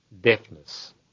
Deafness